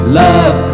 love